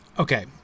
Okay